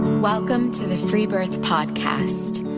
welcome to the free birth podcast,